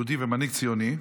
יהודי ומנהיג ציוני,